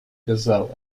gazelle